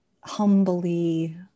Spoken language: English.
humbly